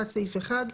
תת סעיף 1,